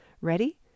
Ready